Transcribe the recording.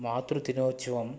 మాతృ దినోత్సవం